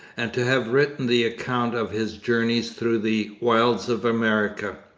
and to have written the account of his journeys through the wilds of america.